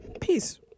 Peace